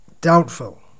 doubtful